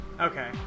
Okay